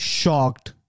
shocked